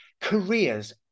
careers